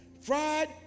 fried